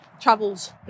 travels